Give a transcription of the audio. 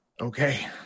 okay